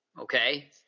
okay